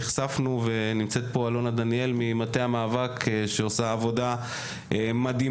נמצאת פה אלונה דניאל ממטה המאבק שעושה עבודה מדהימה